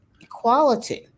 equality